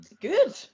Good